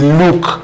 look